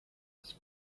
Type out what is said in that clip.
with